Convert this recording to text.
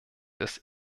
des